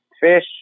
fish